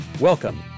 Welcome